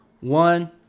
One